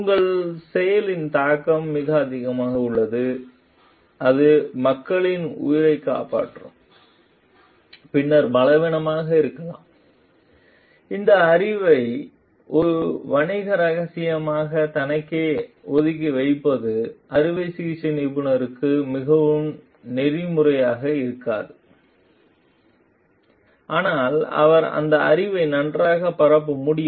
உங்கள் செயலின் தாக்கம் மிக அதிகமாக உள்ளது அது மக்களின் உயிரைக் காப்பாற்றும் பின்னர் பலவீனமாக இருக்கலாம் இந்த அறிவை ஒரு வணிக ரகசியமாக தனக்கே ஒதுக்கி வைப்பது அறுவை சிகிச்சை நிபுணருக்கு மிகவும் நெறிமுறையாக இருக்காது ஆனால் அவர் அந்த அறிவை நன்றாக பரப்ப முடியும்